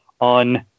on